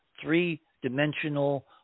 three-dimensional